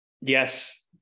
yes